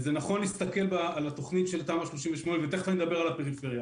וזה נכון להסתכל על התוכנית של תמ"א 38 ותיכף אני אדבר על הפריפריה,